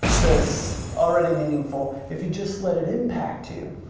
this already meaningful, if you just let it impact you.